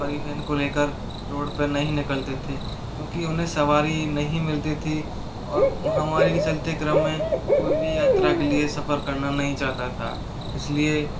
परिवहन को लेकर रोड पे नहीं निकलते थे क्योंकि उन्हें सवारी नहीं मिलती थी और महामारी के चलते क्रम में कोई भी यात्रा के लिए सफ़र करना नहीं चाहता था इसलिए